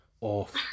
off